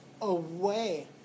away